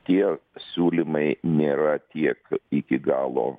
tie siūlymai nėra tiek iki galo